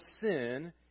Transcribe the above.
sin